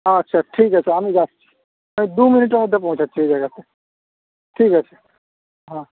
আচ্ছা ঠিক আছে আমি যাচ্ছি দু মিনিটের মধ্যে পৌঁছাচ্ছি ওই জায়গাতে ঠিক আছে হ্যাঁ